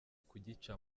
kugica